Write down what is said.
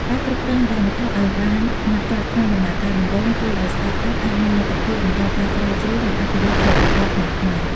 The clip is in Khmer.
ការគ្រប់គ្រងហិរញ្ញវត្ថុឱ្យបានម៉ត់ចត់ក្នុងដំណាក់កាលដំបូង ជួយឱ្យ Startup អាចមានលទ្ធភាពបន្តការស្រាវជ្រាវ និងអភិវឌ្ឍន៍ផលិតផលថ្មីៗ។